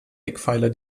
eckpfeiler